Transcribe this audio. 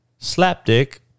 Slapdick